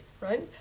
right